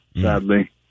sadly